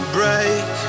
break